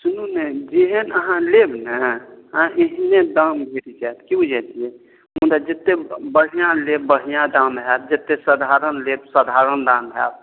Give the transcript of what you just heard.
सुनू ने जेहन अहाँ लेब ने अहाँ ओहने दाम भेट जायत की बुझलियै मुदा जतेक बढ़िआँ लेब बढ़िआँ दाम होयत जतेक साधारण लेब साधारण दाम होयत